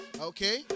Okay